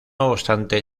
obstante